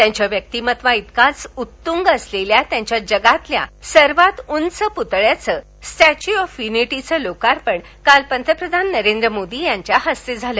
त्यांच्या व्यक्तिमत्वाइतक्याच उत्त्ग असलेल्या त्यांच्या जगातल्या सर्वात उच प्तळ्याच स्टॅच्यू ऑफ युनिटीचं लोकार्पण पतप्रधान नरेंद्र मोदी यांच्या हस्ते झालं